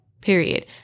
period